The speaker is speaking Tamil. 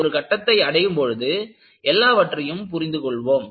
ஒரு கட்டத்தை அடையும் பொழுது எல்லாவற்றையும் புரிந்து கொள்வோம்